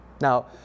Now